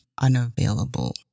unavailable